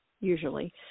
usually